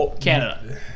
Canada